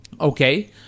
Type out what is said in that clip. Okay